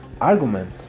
argument